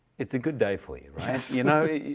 it's a good day for you, right? you know,